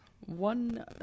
one